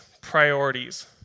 priorities